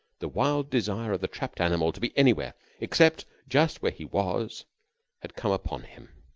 the wild desire of the trapped animal to be anywhere except just where he was had come upon him.